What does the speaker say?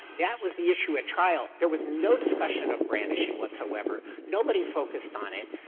that was the issue at trial. there was no discussion of brandishing whatsoever. nobody focused on it,